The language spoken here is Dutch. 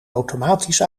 automatisch